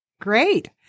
Great